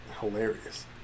hilarious